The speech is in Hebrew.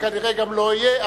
וכנראה גם לא אהיה,